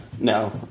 No